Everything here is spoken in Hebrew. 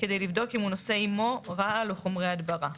כדי לבדוק אם הוא נושא עימו רעל או חומרי הדברה".